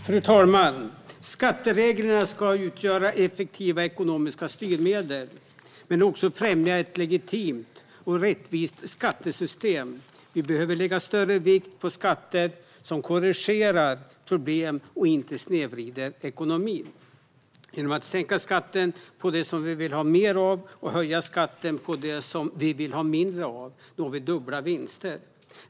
Fru talman! Skattereglerna ska utgöra effektiva ekonomiska styrmedel men också främja ett legitimt och rättvist skattesystem. Vi behöver lägga större vikt vid skatter som korrigerar problem och inte snedvrider ekonomin. Genom att sänka skatten på det som vi vill ha mer av och höja skatten på det som vi vill ha mindre av når vi dubbla vinster.